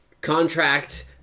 contract